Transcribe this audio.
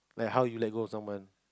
like how you let go of someone